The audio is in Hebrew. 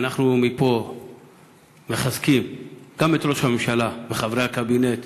ואנחנו מחזקים מפה גם את ראש הממשלה וחברי הקבינט.